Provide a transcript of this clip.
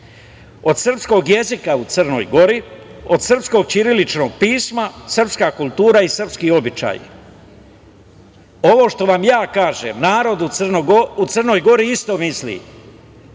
od srpskog jezika u Crnoj Gori, od srpskog ćiriličnog pisma, srpska kultura i srpski običaji. Ovo što vam ja kažem, narod u Crnoj Gori isto misli